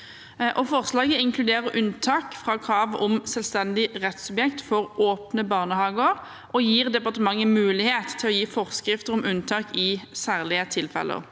Forslaget inkluderer unntak fra kravet om selvstendig rettssubjekt for åpne barnehager og gir departementet mulighet til å gi forskrifter om unntak i særlige tilfeller.